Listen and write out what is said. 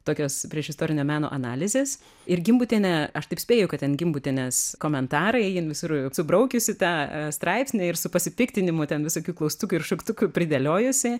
tokios priešistorinio meno analizės ir gimbutienė aš taip spėju kad ten gimbutienės komentarai jin visur subraukiusi tą straipsnį ir su pasipiktinimu ten visokių klaustukų ir šauktukų pridėliojusi